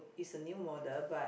is a new model but